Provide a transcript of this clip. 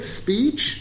speech